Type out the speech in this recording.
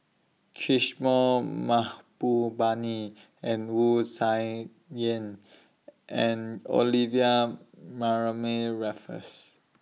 Kishore Mahbubani and Wu Tsai Yen and Olivia Mariamne Raffles